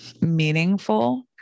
meaningful